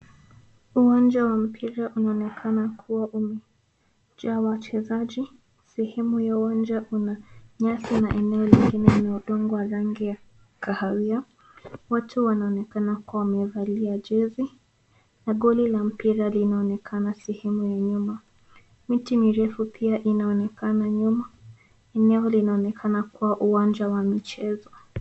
Uwanja wa mpira unaonekana kuwa umejaa wachezaji. Sehemu ya uwanja una nyasi na eneo lingine iliyodungwa rangi ya kahawia. Watu wanaonekana kuwa wamevalia jezi na goli la mpira linaonekana sehemu ya nyuma. Miti mirefu pia inaonekana nyuma na unyevu linaonekana kwa uwanja wa michezo.